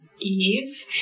Eve